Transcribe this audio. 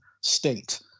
state